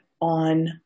on